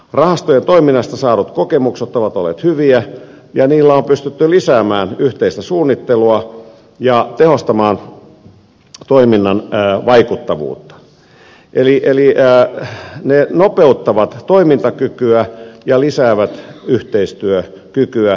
rahastojen toiminnasta saadut kokemukset ovat olleet hyviä ja rahastoilla on pystytty lisäämään yhteistä suunnittelua ja tehostamaan toiminnan vaikuttavuutta eli ne nopeuttavat toimintakykyä ja lisäävät yhteistyökykyä